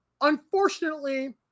Unfortunately